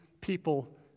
people